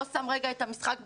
לא שם לרגע את המשחק בצד,